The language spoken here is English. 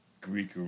greek